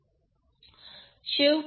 हे वॅट आहे हा var आहे